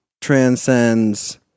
transcends